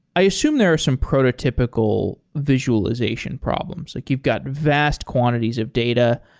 i assume there are some prototypical visualization problems. like you've got vast quantities of data,